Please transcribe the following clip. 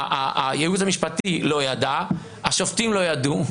הייעוץ המשפטי לא ידע, השופטים לא ידעו,